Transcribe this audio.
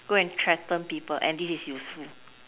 go and threaten people and this is useful